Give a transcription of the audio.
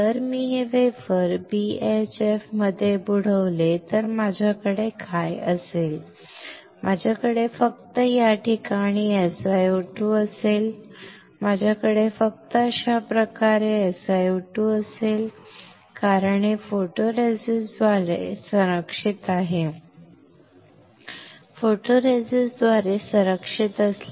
जर मी हे वेफर बीएचएफमध्ये बुडवले तर माझ्याकडे काय असेल माझ्याकडे फक्त या ठिकाणी SiO2 असेल माझ्याकडे फक्त अशा प्रकारे SiO2 असेल कारण हे फोटोरेसिस्टद्वारे संरक्षित आहे फोटोरेसिस्ट द्वारे संरक्षित आहे